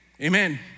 Amen